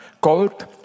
called